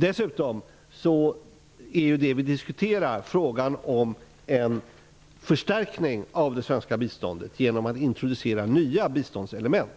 När det gäller en förstärkning av det svenska biståndet genom en introducering av nya biståndselement